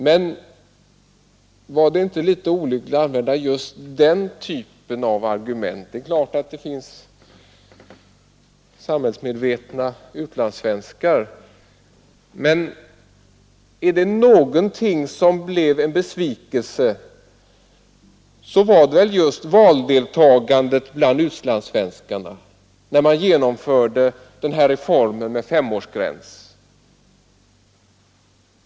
Men var det inte litet olyckligt att använda just den typen av argument? Det är klart att det finns samhällsmedvetna utlandssvenskar, men om någonting blev en besvikelse så var det väl just valdeltagandet bland utlandssvenskarna när reformen med femårsgräns genomfördes.